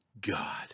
God